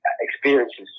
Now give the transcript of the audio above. experiences